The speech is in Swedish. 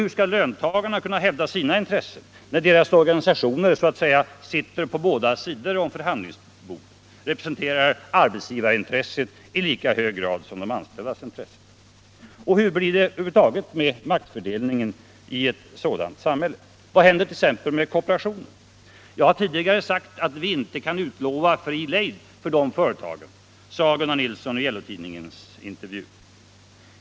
Hur skall löntagarna hävda sina intressen när deras organisationer så att säga sitter på båda sidor om förhandlingsbordet, representerar arbetsgivarintressen i lika hög grad som de anställdas intressen? Hur blir det över huvud taget med maktfördelningen i ett sådant samhälle? Vad händer t.ex. med kooperationen? ”Jag har tidigare sagt att vi inte kan utlova fri lejd för deras företag”, sade Gunnar Nilsson i LO-tidningens intervju.